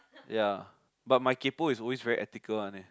ya but my kaypoh is always very ethical one eh